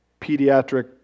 pediatric